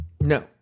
No